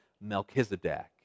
Melchizedek